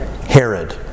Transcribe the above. Herod